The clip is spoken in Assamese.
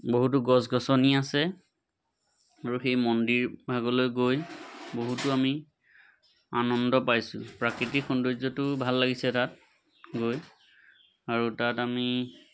বহুতো গছ গছনি আছে আৰু সেই মন্দিৰ ভাগলৈ গৈ বহুতো আমি আনন্দ পাইছোঁ প্ৰাকৃতিক সৌন্দৰ্যটোও ভাল লাগিছে তাত গৈ আৰু তাত আমি